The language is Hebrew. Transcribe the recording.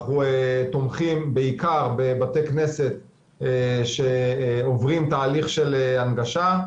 אנחנו תומכים בעיקר בבתי כנסת שעוברים תהליך של הנגשה.